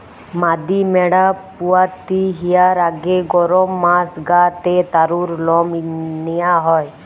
মাদি ম্যাড়া পুয়াতি হিয়ার আগে গরম মাস গা তে তারুর লম নিয়া হয়